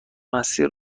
مسیر